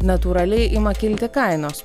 natūraliai ima kilti kainos